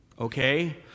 Okay